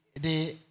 de